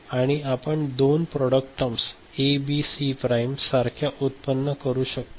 आणि आपण दोन product terms A B C prime सारख्या उत्पन्न करू शकतो